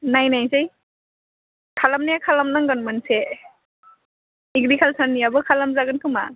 नायनायसै खालामनाया खालामनांगोन मोनसे एग्रिकालचारनियाबो खालामजागोन खोमा